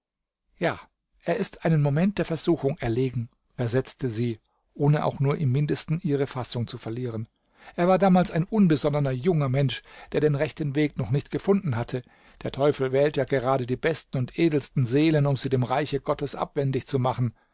ja er ist einen moment der versuchung erlegen versetzte sie ohne auch nur im mindesten ihre fassung zu verlieren er war damals ein unbesonnener junger mensch der den rechten weg noch nicht gefunden hatte der teufel wählt ja gerade die besten und edelsten seelen um sie dem reiche gottes abwendig zu machen